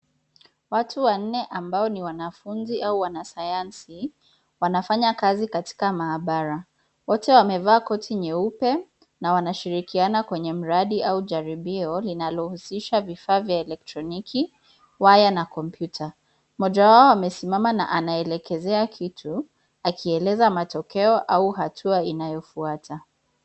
Watu wanne ambao ni wanafunzi au wanasayansi wanafanya kazi katikamaabara. Wote wamevaa koti nyeupe na wanashirikiana kwenye mradi au jaribio linalohusisha vifaa vya elektroniki, waya na kompyuta. Moja wao amesimama na anaelekezea kitu, akieleza matokea au hatua inayofuata.